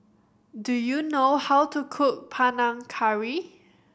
do you know how to cook Panang Curry